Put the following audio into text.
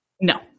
No